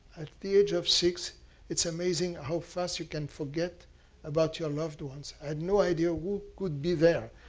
at the age of six it's amazing how fast you can forget about your loved ones. i had no idea who could be there.